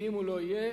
ואם הוא לא יהיה,